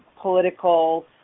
political